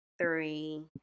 three